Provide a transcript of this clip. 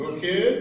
Okay